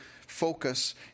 focus